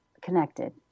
connected